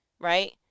right